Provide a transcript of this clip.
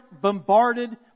bombarded